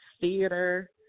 theater